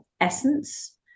essence